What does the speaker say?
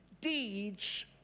deeds